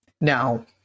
Now